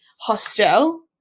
hostel